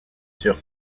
sur